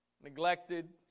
neglected